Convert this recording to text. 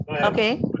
Okay